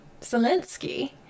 Zelensky